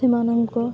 ସେମାନଙ୍କ